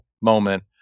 moment